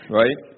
right